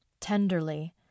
tenderly